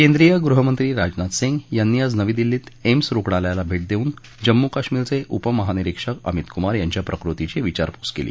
केंद्रीय गृहमंत्री राजनाथ सिंग यांनी आज नवी दिल्लीत एम्स रुग्णालयाला भेट देऊन जम्मू कश्मीरचे उप महानिरीक्षक अमित कुमार यांच्या प्रकृतीची विचारपूस केली